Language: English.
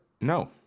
No